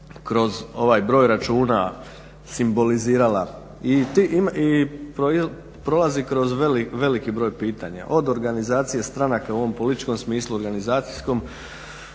kroz ovaj broj računa simbolizirala i prolazi kroz veliki broj pitanja, od organizacije stranaka u ovom političkom smislu, organizacijskom